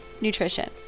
Nutrition